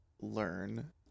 learn